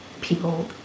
people